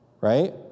right